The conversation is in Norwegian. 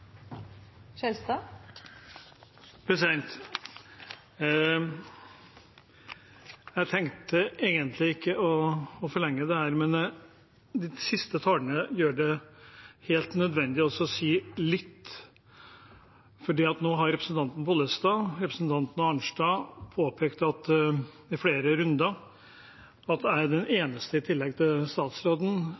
Jeg tenkte egentlig ikke å forlenge dette, men de siste talerne gjør det helt nødvendig å si litt, for nå har representanten Pollestad og representanten Arnstad i flere runder påpekt at jeg er den eneste, i tillegg til statsråden,